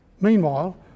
Meanwhile